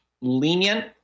lenient